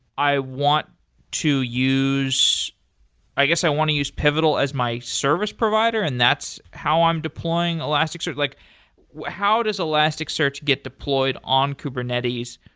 i want to use i guess i want to use pivotal as my service provider, and that's how i'm deploying elastic search. like how does elastic search get deployed on kubernetes?